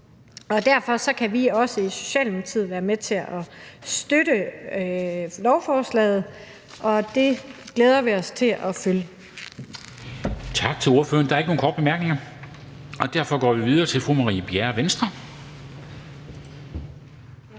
Derfor kan vi også i Socialdemokratiet være med til at støtte lovforslaget. Det glæder vi os til at følge. Kl. 17:37 Formanden (Henrik Dam Kristensen): Tak til ordføreren. Der er ikke nogen korte bemærkninger. Derfor går vi videre til fru Marie Bjerre, Venstre. Kl.